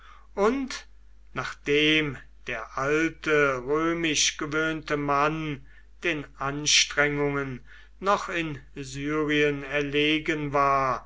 und nachdem der alte römisch gewöhnte mann den anstrengungen noch in syrien erlegen war